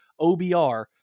OBR